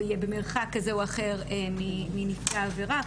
או יהיה במרחק כזה או אחר מנפגע העבירה,